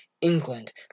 England